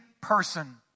person